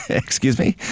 excuse me?